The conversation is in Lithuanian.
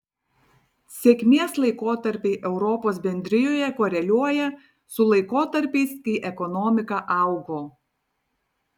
sėkmės laikotarpiai europos bendrijoje koreliuoja su laikotarpiais kai ekonomika augo